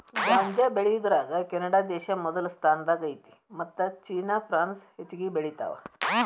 ಗಾಂಜಾ ಬೆಳಿಯುದರಾಗ ಕೆನಡಾದೇಶಾ ಮೊದಲ ಸ್ಥಾನದಾಗ ಐತಿ ಮತ್ತ ಚೇನಾ ಪ್ರಾನ್ಸ್ ಹೆಚಗಿ ಬೆಳಿತಾವ